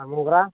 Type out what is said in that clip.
ᱟᱨ ᱢᱚᱜᱽᱨᱟ